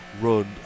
run